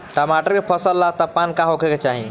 टमाटर के फसल ला तापमान का होखे के चाही?